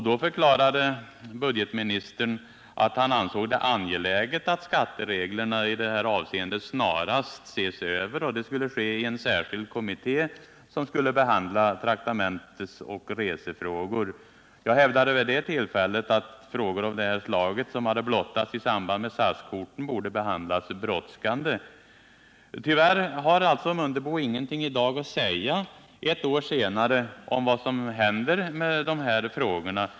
Då förklarade budgetoch ekonomiministern att han ansåg det angeläget att skattereglerna i detta avseende snarast sågs över. Det skulle ske i en särskild kommitté, som skulle behandla traktamentsoch resefrågor. Jag hävdade vid det tillfället att frågor av det slag som hade blivit aktuella i samband med SAS-korten borde behandlas brådskande. Tyvärr har Ingemar Mundebo i dag, ett år senare, ingenting att säga om vad som händer med dessa frågor.